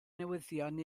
newyddion